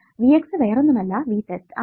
V x വേറൊന്നുമല്ല V test ആണ്